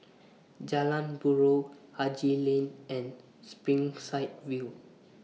Jalan Buroh Haji Lane and Springside View